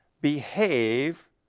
behave